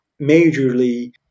majorly